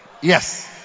Yes